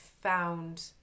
found